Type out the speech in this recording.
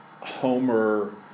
Homer